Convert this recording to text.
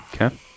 Okay